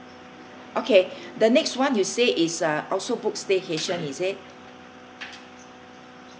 okay the next one you say is uh also book staycation is it